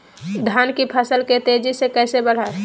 धान की फसल के तेजी से कैसे बढ़ाएं?